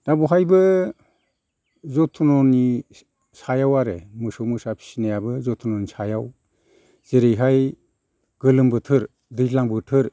दा बेवहायबो जथ्न'नि सायाव आरो मोसौ मोसा फिसिनायाबो जथ्न'नि सायाव जेरैहाय गोलोम बोथोर दैज्लां बोथोर